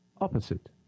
opposite